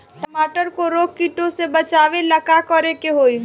टमाटर को रोग कीटो से बचावेला का करेके होई?